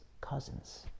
cousins